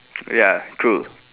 ya true